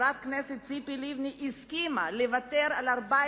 חברת הכנסת ציפי לבני הסכימה לוותר על 14